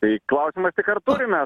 tai klausimas tik ar turime